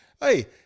Hey